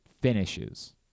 Finishes